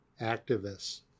activists